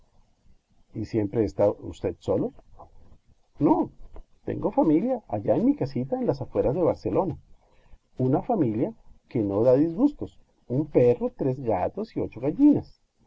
y siempre está usted solo no tengo familia allá en mi casita de las afueras de barcelona una familia que no da disgustos un perro tres gatos y ocho gallinas